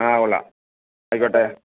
ആ കൊള്ളാം ആയിക്കോട്ടെ